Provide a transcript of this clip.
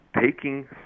taking